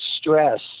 stress